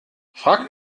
frag